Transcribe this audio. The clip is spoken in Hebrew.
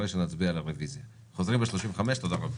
תודה רבה,